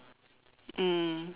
mm